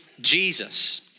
Jesus